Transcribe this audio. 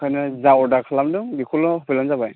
ओंखायनो जा अर्दार खालामदों बेखौल' होफैब्लानो जाबाय